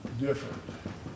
different